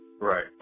Right